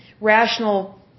rational